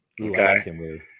Okay